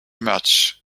much